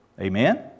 Amen